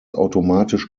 automatisch